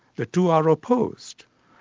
the two are opposed.